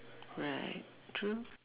right true